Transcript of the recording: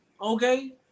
Okay